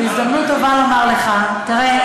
זו הזדמנות טובה לומר לך: תראה,